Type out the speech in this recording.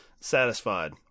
satisfied